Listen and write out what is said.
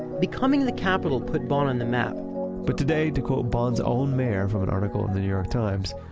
becoming the capital put bonn on the map but today, to quote bonn's own mayor from an article in the new york times,